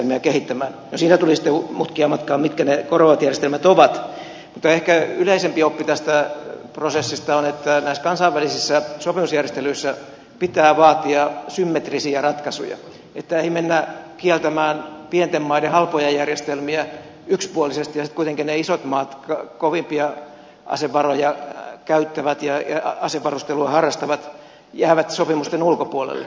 no siinä tuli sitten mutkia matkaan mitkä ne korvaavat järjestelmät ovat mutta ehkä yleisempi oppi tästä prosessista on että näissä kansainvälisissä sopimusjärjestelyissä pitää vaatia symmetrisiä ratkaisuja niin että ei mennä kieltämään pienten maiden halpoja järjestelmiä yksipuolisesti jos sitten kuitenkin ne isot maat kovimpia asevaroja käyttävät ja asevarustelua harrastavat jäävät sopimusten ulkopuolelle